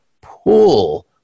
pull